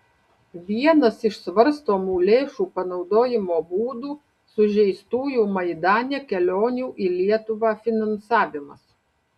vienas iš svarstomų lėšų panaudojimo būdų sužeistųjų maidane kelionių į lietuvą finansavimas